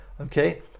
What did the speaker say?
okay